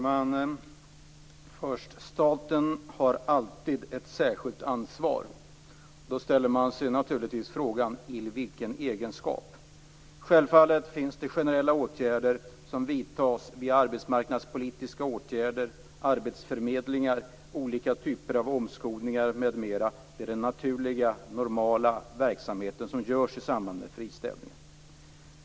Fru talman! Staten har alltid ett särskilt ansvar, säger näringsministern. Då ställer man sig naturligtvis frågan: I vilken egenskap? Självfallet finns det generella åtgärder som vidtas vid arbetsmarknadspolitiska åtgärder, arbetsförmedlingar, olika typer av omskolning m.m. Det är den naturliga, normala verksamheten i samband med friställningar.